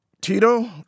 Tito